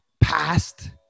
past